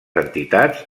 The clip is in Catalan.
entitats